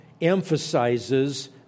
emphasizes